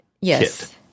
Yes